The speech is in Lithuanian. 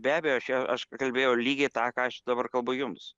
be abejo aš čia aš kalbėjau lygiai tą ką aš dabar kalbu jums